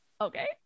okay